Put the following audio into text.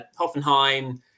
Hoffenheim